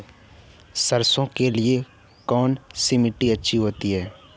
सरसो के लिए कौन सी मिट्टी अच्छी होती है?